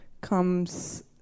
comes